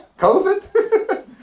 COVID